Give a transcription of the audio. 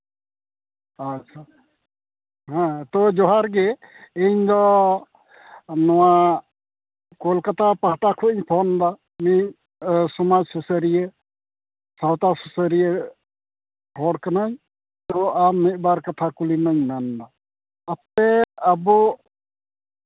ᱟᱪᱪᱷᱟ ᱛᱳ ᱡᱚᱦᱟᱨ ᱜᱮ ᱤᱧᱫᱚ ᱱᱚᱣᱟ ᱠᱳᱞᱠᱟᱛᱟ ᱯᱟᱦᱴᱟ ᱠᱷᱚᱱᱤᱧ ᱯᱷᱳᱱᱫᱟ ᱤᱧ ᱥᱚᱢᱟᱡᱽ ᱥᱩᱥᱟᱹᱨᱤᱭᱟᱹ ᱥᱟᱶᱛᱟ ᱥᱩᱥᱟᱹᱨᱤᱭᱟᱹ ᱦᱚᱲ ᱠᱟᱹᱱᱟᱹᱧ ᱛᱳ ᱟᱢ ᱢᱤᱫ ᱵᱟᱨ ᱠᱟᱛᱷᱟ ᱠᱩᱞᱤᱢᱤᱧ ᱢᱮᱱᱫᱟ ᱟᱯᱮ ᱟᱵᱚ